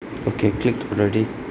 okay clicked already